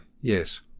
Yes